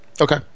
Okay